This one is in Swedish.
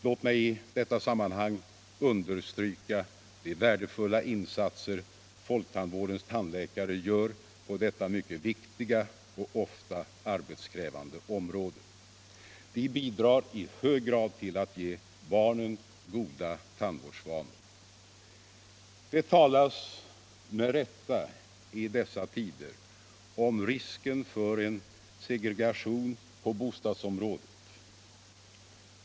Låt mig i detta sammanhang understryka de värdefulla insatser folktandvårdens tandläkare gör på detta mycket viktiga och ofta arbetskrävande område. De bidrar i hög grad till att ge barnen goda tandvårdsvanor. Det talas med rätta i dessa tider om risken för en segregation på bostadsområdet.